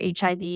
HIV